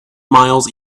miles